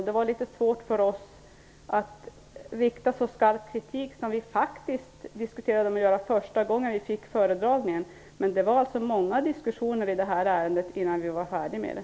Det var litet svårt för oss att föra fram en så skarp kritik som den som vi faktiskt först diskuterade vid föredragningen. Det var många diskussioner i ärendet innan vi var färdiga med det.